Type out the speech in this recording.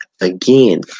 Again